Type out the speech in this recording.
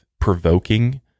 provoking